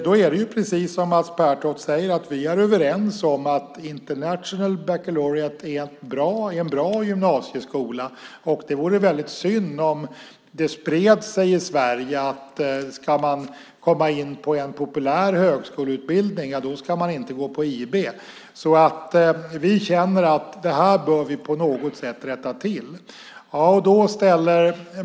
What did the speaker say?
Då är det precis som Mats Pertoft säger att vi är överens om att international baccalaureate är en bra gymnasieutbildning, och det vore väldigt synd om det spred sig i Sverige att man inte ska gå på IB om man ska komma in på en populär högskoleutbildning. Vi känner att vi på något sätt bör rätta till det här.